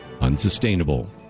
unsustainable